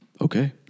Okay